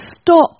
stop